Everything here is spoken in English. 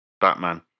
Batman